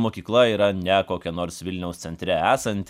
mokykla yra ne kokia nors vilniaus centre esanti